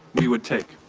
we would take.